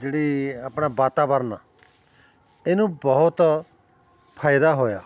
ਜਿਹੜੀ ਆਪਣਾ ਵਾਤਾਵਰਨ ਇਹਨੂੰ ਬਹੁਤ ਫਾਇਦਾ ਹੋਇਆ